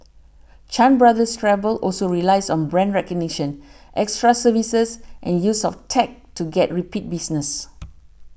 Chan Brothers Travel also relies on brand recognition extra services and use of tech to get repeat business